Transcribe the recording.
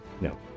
No